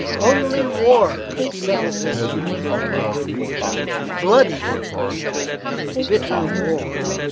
only war could settle this international complication bloody and bitter war.